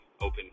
open